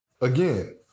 again